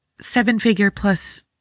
seven-figure-plus